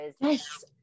Yes